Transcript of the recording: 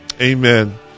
Amen